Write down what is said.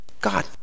God